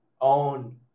own